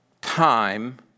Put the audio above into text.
time